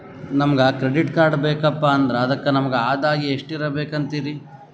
ನಮಗ credit card ಬೇಕಪ್ಪ ಅಂದ್ರ ಅದಕ್ಕ ನಮಗ ಆದಾಯ ಎಷ್ಟಿರಬಕು ಅಂತೀರಿ?